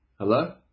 Hello